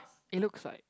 it looks like